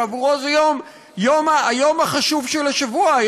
שעבורו זה היום החשוב של השבוע,